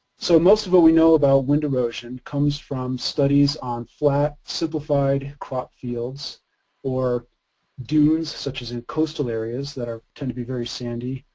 so most of what we know about wind erosion comes from studies on flat, simplified crop fields or dunes, such as in coastal areas that are, tend to be very sandy,